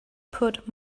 put